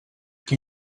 qui